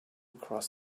cross